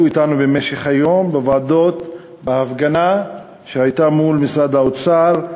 אתנו במשך היום בוועדות ובהפגנה שהייתה מול משרד האוצר.